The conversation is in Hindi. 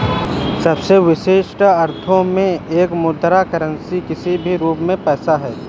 सबसे विशिष्ट अर्थों में एक मुद्रा करेंसी किसी भी रूप में पैसा है